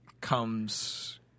comes